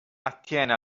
attiene